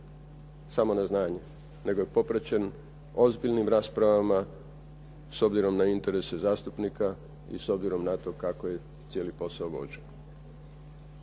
samo na znanje, nego je popraćen ozbiljnim raspravama s obzirom na interese zastupnika i s obzirom na to kako je cijeli posao vođen.